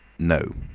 no,